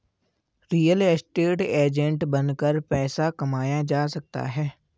real estate agent बनकर पैसा कमाया जा सकता है